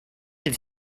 have